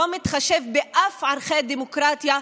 שלא מתחשב באף אחד מערכי הדמוקרטיה,